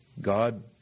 God